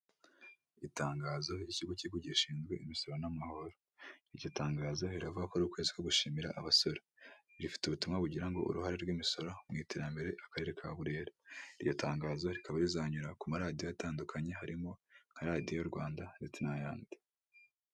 Itangazo ry'ikigo k'igihugu gishinzwe imisoro n'amahoro, iryo tangazo riravuga ko ari ukwezi ko gushimira abasora rifite ubutumwa bugira ngo uruhare rw'imisoro mu iterambere ry'akarere ka Burera, iryo tangazo rikaba rizanyura ku maradiyo atandukanye harimo nka radiyo Rwanda ndetse n'ayandi.